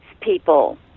people